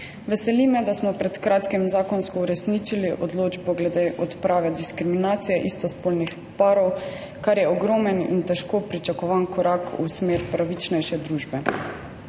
Veseli me, da smo pred kratkim zakonsko uresničili odločbo glede odprave diskriminacije istospolnih parov, kar je ogromen in težko pričakovan korak v smeri pravičnejše družbe.